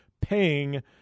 paying